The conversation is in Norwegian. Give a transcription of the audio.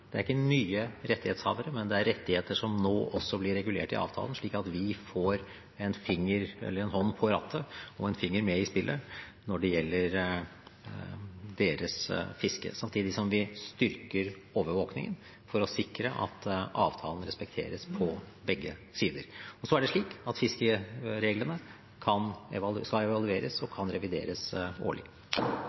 det er ikke nye rettighetshavere. Men det er også rettigheter som nå blir regulert i avtalen, slik at vi får en hånd på rattet og en finger med i spillet når det gjelder deres fiske, samtidig som vi styrker overvåkningen, for å sikre at avtalen respekteres på begge sider. Så er det slik at fiskereglene skal evalueres, og kan revideres årlig.